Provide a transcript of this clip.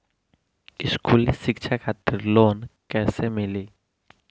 स्कूली शिक्षा खातिर लोन कैसे मिली?